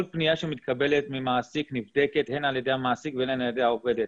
כל פנייה שמתקבלת ממעסיק נבדקת הן על ידי המעסיק והן על ידי העובדת.